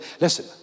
Listen